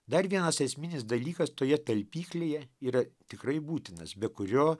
dar vienas esminis dalykas toje talpykloje yra tikrai būtinas be kurio